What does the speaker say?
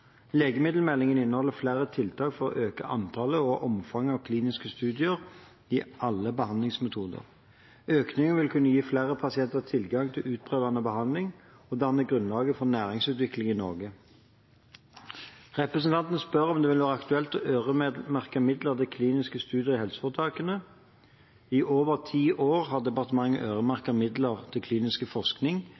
Legemiddelmeldingen inneholder flere tiltak for å øke antallet og omfanget av kliniske studier innen alle behandlingsmetoder. Økningen vil kunne gi flere pasienter tilgang til utprøvende behandling og danne grunnlag for næringsutvikling i Norge. Representanten spør om det vil være aktuelt å øremerke midler til kliniske studier i helseforetakene. I over ti år har departementet øremerket midler til klinisk forskning